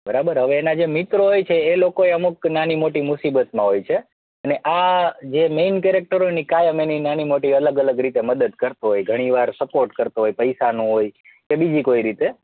બરાબર હવે એના જે મિત્રો હોય છે એ લોકોય અમુક નાની મોટી મુસીબતમાં હોય છે ને આ જે મેઇન કેરેક્ટર હોય ને એ કાયમ એની નાની મોટી અલગ રીતે મદદ કરતો હોય ઘણીવાર સપોર્ટ કરતો હોય પૈસાનું હોય કે બીજી કોઈ રીતે